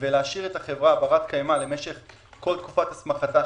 ולהשאיר את החברה ברת קיימא למשך כל תקופת הסמכתה,